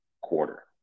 quarter